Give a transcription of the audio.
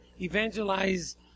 evangelize